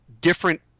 different